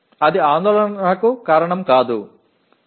அது கவலைக்கு காரணமாக இருக்கவும் தேவையில்லை